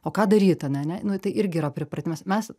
o ką daryt ane ne nu tai irgi yra pripratimas mes